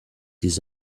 his